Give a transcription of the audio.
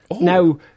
Now